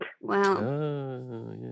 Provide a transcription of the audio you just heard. Wow